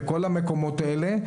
בכל המקומות האלה,